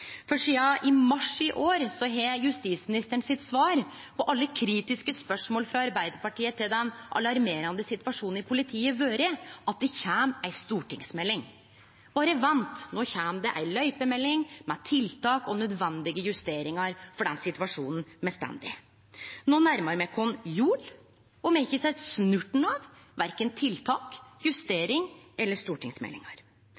Sidan mars i år har justisministeren sitt svar på alle kritiske spørsmål frå Arbeidarpartiet om den alarmerande situasjonen i politiet vore at det kjem ei stortingsmelding: Berre vent, no kjem det ei løypemelding med tiltak og nødvendige justeringar for den situasjonen me står i. No nærmar me oss jul, og me har ikkje sett snurten av verken tiltak,